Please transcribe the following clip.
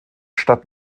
stadt